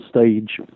stage